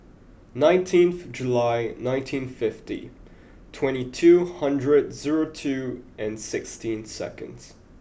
nineteenth July nineteen fifty twenty two hundred zero two and sixteen seconds